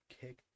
kick